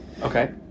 okay